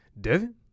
Devin